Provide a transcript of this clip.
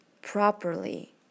Properly